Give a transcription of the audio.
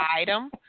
item